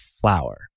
flower